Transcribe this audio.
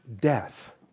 death